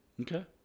Okay